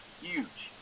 huge